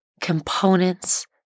components